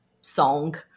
song